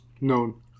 known